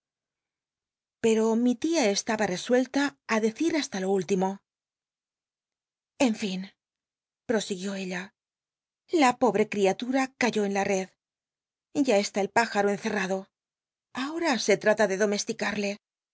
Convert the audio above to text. pero mi tia estaba resuella ir decir hasta lo último en nn pr'osiguió ella la pobre crialura cayó en la red ya cstü el püjaro encerrad o ahora se trata de domestica